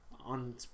on